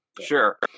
sure